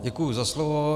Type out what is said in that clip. Děkuji za slovo.